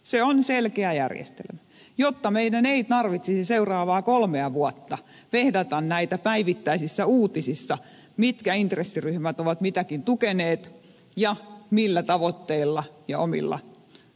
se on selkeä järjestelmä jotta meidän ei tarvitsisi seuraavaa kolmea vuotta vehdata näitä päivittäisissä uutisissa mitkä intressiryhmät ovat mitäkin tukeneet ja millä tavoitteilla ja omilla tahtomuksillaan